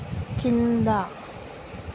కింద